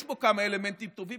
יש בו כמה אלמנטים טובים,